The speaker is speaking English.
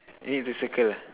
you need to circle that